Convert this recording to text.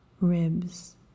ribs